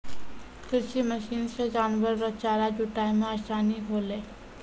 कृषि मशीन से जानवर रो चारा जुटाय मे आसानी होलै